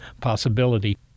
possibility